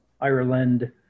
Ireland